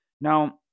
Now